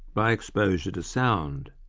by exposure to sound.